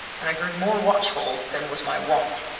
and i grew more watchful than was my wont.